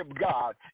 God